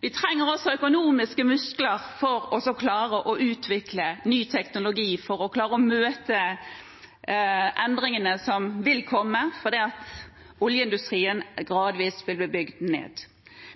Vi trenger økonomiske muskler for å klare å utvikle ny teknologi for å møte endringene som vil komme fordi oljeindustrien gradvis vil bli bygd ned.